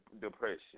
depression